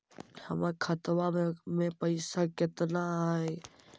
हमर खतवा में पैसा कितना हकाई बताहो करने?